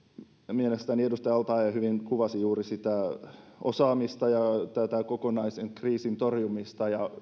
mielestäni edustaja al taee hyvin kuvasi juuri sitä osaamista ja tätä kokonaisen kriisin torjumista ja